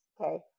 okay